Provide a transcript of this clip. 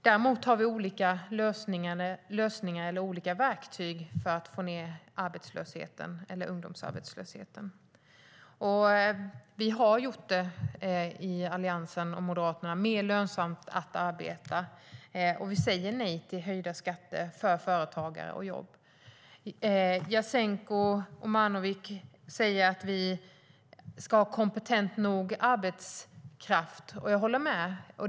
Däremot har vi olika lösningar eller verktyg för att minska ungdomsarbetslösheten och övrig arbetslöshet. Vi i Alliansen har gjort det mer lönsamt att arbeta, och vi säger nej till höjda skatter för företagare och jobb. Jasenko Omanovic säger att vi ska ha arbetskraft som är tillräckligt kompetent. Jag håller med om det.